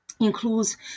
includes